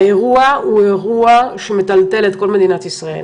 האירוע הוא אירוע שמטלטל את כל מדינת ישראל.